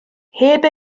heb